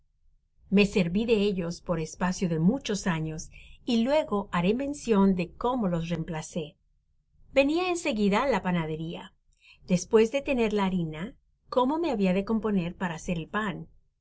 me servi de ellos por espacio de muchos años y luego haré mencion de cómo los reemplacé venia en seguida la panaderia despues de tener la harina cómo me habia de componer para hacer el pan